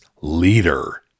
leader